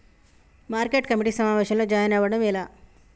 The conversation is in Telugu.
మార్కెట్ కమిటీ సమావేశంలో జాయిన్ అవ్వడం ఎలా?